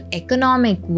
economic